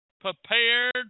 prepared